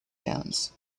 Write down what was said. towns